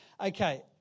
Okay